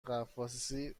غواصی